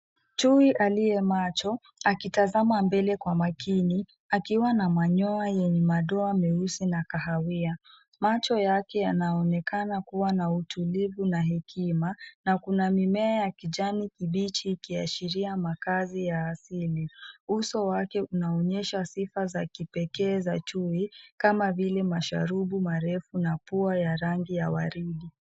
Chui aliye macho akitazama mbele kwa makini, akiwa na manyoya yenye madoa meusi na kahawia. Macho yake yanaonekana kuwa na utulivu na hekima na kuna mimea ya kijani kibichi ikiashiria makazi ya asili. Uso wake unaonyesha sifa za kipekee za chui kama vile masharubu marefu na pua ya rangi ya waridi.